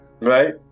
Right